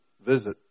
visit